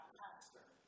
pastor